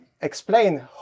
explain